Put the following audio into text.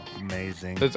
amazing